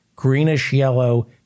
greenish-yellow